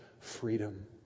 freedom